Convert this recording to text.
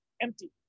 empty